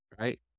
right